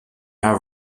have